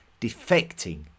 defecting